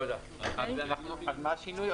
אז מה השינוי?